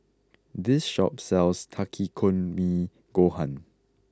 this shop sells Takikomi Gohan